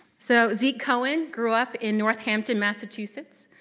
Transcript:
so zeke cohen grew up in northhampton, massachusetts.